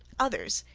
others,